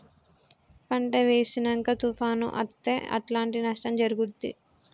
పంట వేసినంక తుఫాను అత్తే ఎట్లాంటి నష్టం జరుగుద్ది?